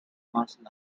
martial